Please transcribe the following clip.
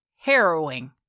harrowing